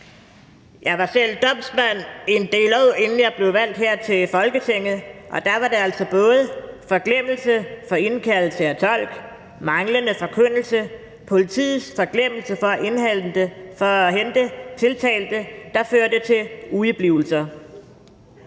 Jeg var selv domsmand i en del år, inden jeg blev valgt her til Folketinget, og der var det altså både forglemmelse for indkaldelse af tolk, manglende forkyndelse, politiets forglemmelse for at hente tiltalte, der førte til udeblivelser.